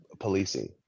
policing